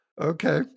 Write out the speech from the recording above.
okay